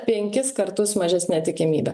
penkis kartus mažesnę tikimybę